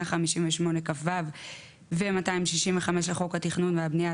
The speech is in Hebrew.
158כו ו-265 לחוק התכנון והבנייה,